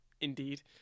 indeed